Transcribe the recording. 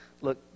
Look